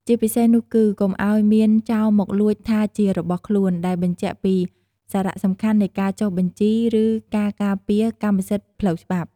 ជាពិសេសនោះគឺ កុំឱ្យមានចោរមកលួចថាជារបស់ខ្លួន ដែលបញ្ជាក់ពីសារៈសំខាន់នៃការចុះបញ្ជី ឬការការពារកម្មសិទ្ធិផ្លូវច្បាប់។